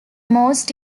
most